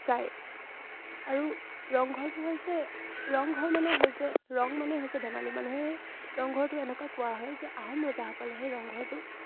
যায় আৰু ৰংঘৰটো হৈছে ৰংঘৰ মানে হৈছে ৰং মানে হৈছে ধেমালি মানুহে সেই ৰংঘৰটো এনেকুৱা কোৱা হয় যে আহোম ৰজাসকলে সেই ৰংঘৰটো